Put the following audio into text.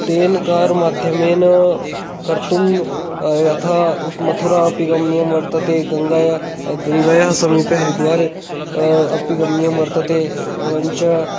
तेन कार्माध्यमेन कर्तुं यथा मथुरा अपि गमनीयं वर्तते गङ्गायाः गङ्गायाः समीपे हरिद्वारः अपि गमनीयं वर्तते एवञ्च